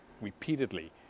repeatedly